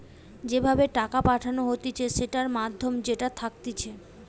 যে ভাবে টাকা পাঠানো হতিছে সেটার মাধ্যম যেটা থাকতিছে